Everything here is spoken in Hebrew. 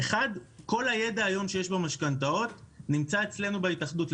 כל הידע שיש היום לגבי משכנתאות נמצא היום בהתאחדות.